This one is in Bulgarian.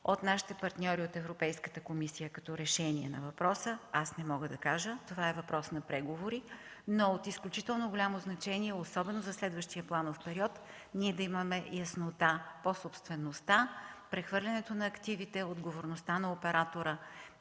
от нашите партньори от Европейската комисия като решение на въпроса, аз не мога да кажа. Това е въпрос на преговори. От изключително голямо значение за следващия планов период е ние да имаме яснота по собствеността, прехвърлянето на активите, отговорността на оператора